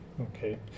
Okay